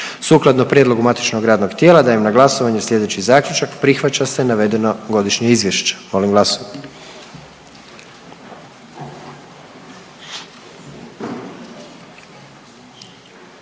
Sukladno prijedlogu saborskih radnih tijela dajem na glasovanje slijedeći Zaključak, prihvaća se navedeno izvješće. Molim glasujmo.